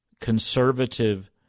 conservative